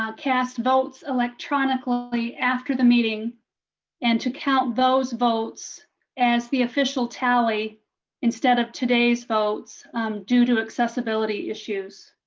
um cast votes electronically after the meeting and to count those votes as the official tally instead of today's votes due to accessibility issues.